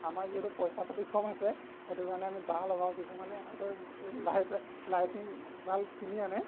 আমাৰ যিহেতু পইচা পাতি কম আছে সেইটো কাৰণে আমি বাঁহ লগাওঁ কিছুমানে হয়তো লাইট লাইটিং বাল্ব কিনি আনে